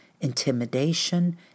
intimidation